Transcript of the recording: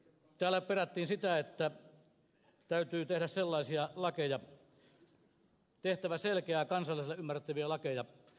täällä perättiin sitä että täytyy tehdä selkeitä kansalaisille ymmärrettäviä lakeja